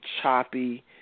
choppy